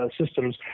systems